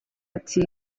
ati